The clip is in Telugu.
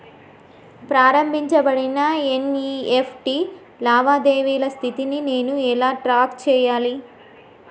ప్రారంభించబడిన ఎన్.ఇ.ఎఫ్.టి లావాదేవీల స్థితిని నేను ఎలా ట్రాక్ చేయాలి?